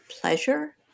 pleasure